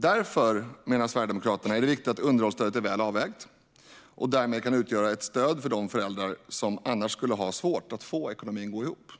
Därför, menar Sverigedemokraterna, är det viktigt att underhållsstödet är väl avvägt och därmed kan utgöra ett stöd för de föräldrar som annars skulle ha svårt att få ekonomin att gå ihop.